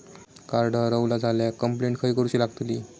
Card हरवला झाल्या complaint खय करूची लागतली?